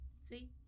see